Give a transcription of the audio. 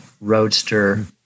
Roadster